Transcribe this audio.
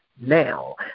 now